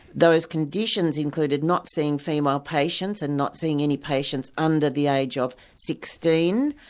those conditions included not seeing female patients and not seeing any patients under the age of sixteen,